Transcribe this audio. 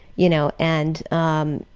you know, and um